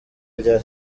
rya